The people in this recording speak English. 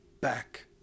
back